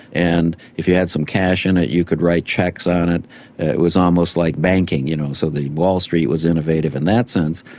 and if you had some cash in it, you could write cheques on it. it was almost like banking, you know, so that wall street was innovative in that sense.